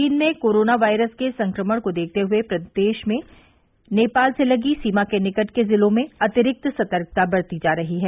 चीन में corona virus के संक्रमण को देखते हुए प्रदेश में नेपाल से लगी सीमा के निकट के जिलों में अतिरिक्त सतर्कता बरती जा रही है